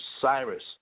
Cyrus